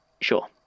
Sure